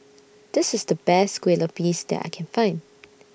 This IS The Best Kueh Lupis that I Can Find